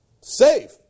safe